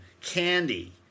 Candy